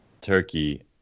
Turkey